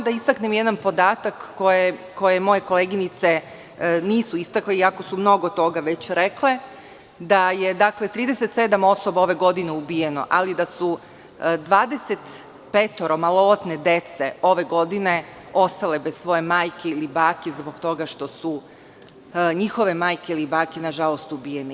Da istaknem jedan podatak, koji moje koleginice nisu istakle i ako su mnogo toga već rekle, da je 37 osoba ove godine ubijeno, ali da su 25 maloletne dece ove godine ostale bez svojih majki, ili baki, zbog toga što su njihove majke ili bake nažalost ubijene.